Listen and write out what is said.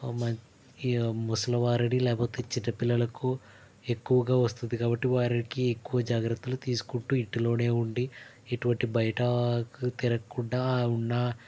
ముసలివారిని లేకపోతే చిన్న పిల్లలకు ఎక్కువగా వస్తుంది కాబట్టి వారికి ఎక్కువ జాగ్రత్తలు తీసుకుంటూ ఇంటిలోనే ఉండి ఇటువంటి బయటకు తిరగకుండా ఉన్నా